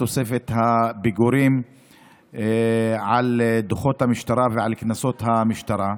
תוספת הפיגורים על דוחות המשטרה ועל קנסות המשטרה.